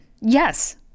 yes